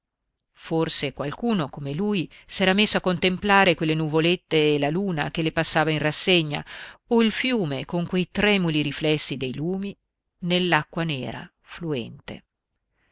forse qualcuno come lui s'era messo a contemplare quelle nuvolette e la luna che le passava in rassegna o il fiume con quei tremuli riflessi dei lumi nell'acqua nera fluente